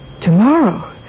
Tomorrow